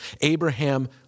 Abraham